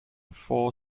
four